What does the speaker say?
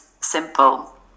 simple